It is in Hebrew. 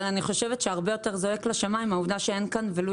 אבל אני חושבת שהרבה יותר "זועקת לשמיים" העובדה שאין כאן ולו